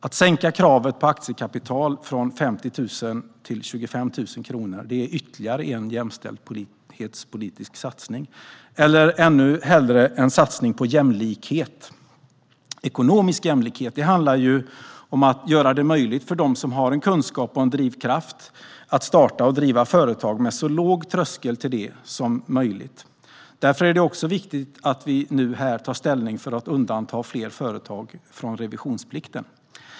Att sänka kravet på aktiekapital från 50 000 till 25 000 kronor är ytterligare en jämställdhetspolitisk satsning, eller ännu hellre en satsning på jämlikhet. Ekonomisk jämlikhet handlar ju om att göra det möjligt för dem som har en kunskap och en drivkraft att starta och driva företag med så låg tröskel till det som möjligt. Därför är det också viktigt att vi nu tar ställning för att undanta fler företag från revisionsplikten.